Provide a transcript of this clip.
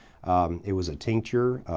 it was a tincture.